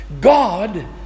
God